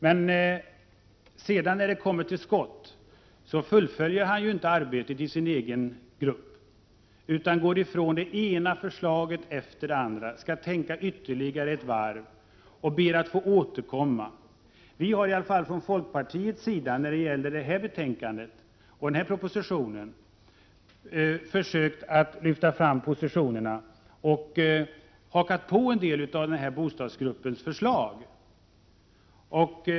Men när han kommer till skott fullföljer han inte arbetet i sin egen grupp, utan går ifrån det ena förslaget efter det andra — han skall tänka ytterligare ett varv och ber att få återkomma. När det gäller detta betänkande och denna proposition har folkpartiet försökt att lyfta fram positionerna och har hakat på en del av bostadsgruppens förslag.